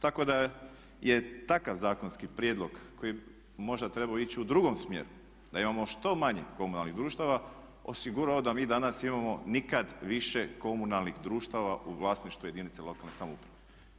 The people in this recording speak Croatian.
Tako da je takav zakonski prijedlog koji je možda trebao ići u drugom smjeru da imamo što manje komunalnih društava osigurao da mi danas imamo nikad više komunalnih društava u vlasništvu jedinice lokalne samouprave.